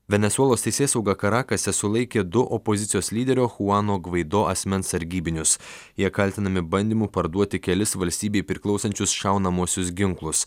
venesuelos teisėsauga karakase sulaikė du opozicijos lyderio chuano gvaido asmens sargybinius jie kaltinami bandymu parduoti kelis valstybei priklausančius šaunamuosius ginklus